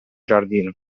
giardino